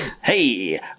Hey